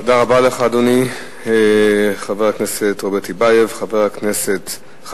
תודה רבה לך, אדוני חבר הכנסת רוברט טיבייב.